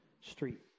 street